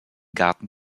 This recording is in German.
garten